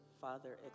Father